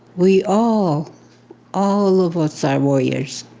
we all all of us are warriors.